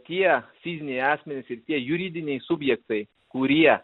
tie fiziniai asmenys ir tie juridiniai subjektai kurie